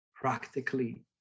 practically